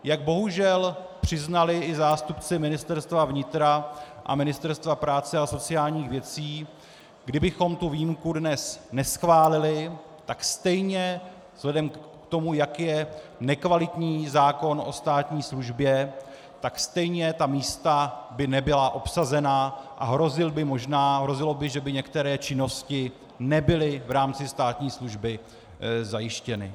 Jak bohužel přiznali i zástupci Ministerstva vnitra a Ministerstva práce a sociálních věcí, kdybychom tu výjimku dnes neschválili, tak stejně vzhledem k tomu, jak nekvalitní je zákon o státní službě, tak stejně ta místa by nebyla obsazena a hrozilo by, že by některé činnosti nebyly v rámci státní služby zajištěny.